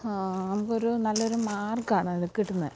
നമുക്കൊരു നല്ലൊരു മാർഗമാണ് കിട്ടുന്നെ